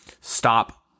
stop